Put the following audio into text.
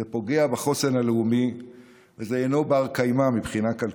זה פוגע בחוסן הלאומי וזה אינו בר-קיימא מבחינה כלכלית.